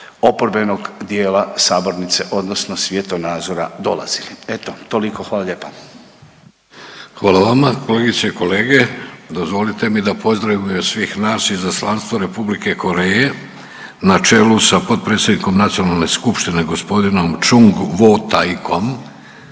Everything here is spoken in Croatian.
oporbenog dijela sabornice odnosno svjetonazora dolazili. Eto toliko. Hvala lijepa. **Vidović, Davorko (Socijaldemokrati)** Hvala vama. Kolegice i kolege, dozvolite mi da pozdravimo i od svih nas izaslanstvo Republike Koreje na čelu sa potpredsjednikom Nacionalne skupštine g. Chung Woo-Taikom.